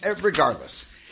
regardless